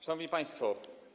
Szanowni Państwo!